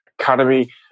academy